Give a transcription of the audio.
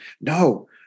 No